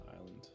Island